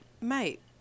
mate